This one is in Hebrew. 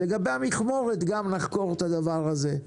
לגבי המכמורת נחקור גם את הדבר הזה,